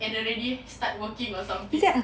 and already start working or something